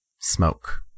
Smoke